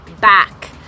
back